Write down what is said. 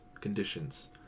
conditions